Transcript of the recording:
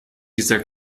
dieser